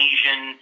Asian